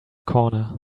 corner